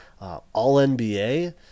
all-NBA